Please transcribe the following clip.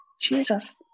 Jesus